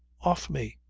off me,